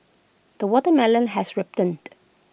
the watermelon has ripened